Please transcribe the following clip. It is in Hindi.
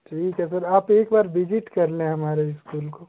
ठीक है सर आप एक बार विजिट कर लें हमारे इस्कूल को